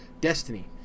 Destiny